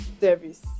service